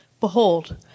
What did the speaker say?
Behold